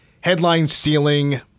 headline-stealing